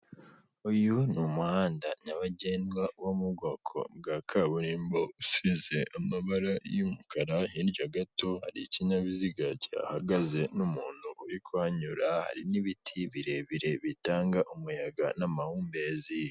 Uyu ni umuhanda nyabagendwa wo mu bwoko bwa kaburimbo. Usize amabara y'umukara hirya gato hari ikinyabiziga kihahagaze n'umuntu uri kuhanyura, hari n'ibiti birebire bitanga umuyaga n'amahumbezi.